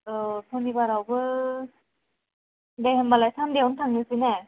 औ सनिबारावबो दे होमबालाय सान्देआवनो थांनोसै ने